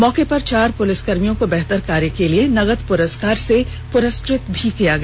मौके पर चार पुलिसकर्मियों को बेहतर कार्य करने पर नगद पुरस्कार से पुरस्कृत भी गया